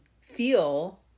feel